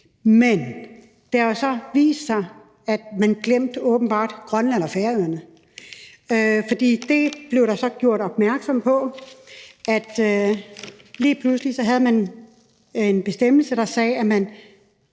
Men det har så vist sig, at man åbenbart glemte Grønland og Færøerne. Det blev der så gjort opmærksom på, altså at man lige pludselig havde en bestemmelse, der sagde, at man